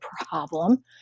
problem